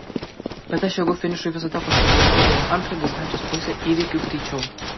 bet aš jėgų finišui visada pasilieku ir antrą distancijos pusę įveikiu greičiau